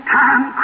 time